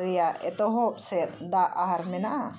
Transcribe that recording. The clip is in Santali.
ᱨᱮᱭᱟᱜ ᱮᱛᱦᱚᱵ ᱥᱮᱫ ᱫᱟᱜ ᱟᱨ ᱢᱮᱱᱟᱜᱼᱟ